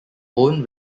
own